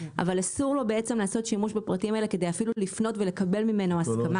אבל אסור לו לעשות שימוש בפרטים האלה כדי אפילו לפנות ולקבל ממנו הסכמה.